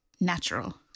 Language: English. natural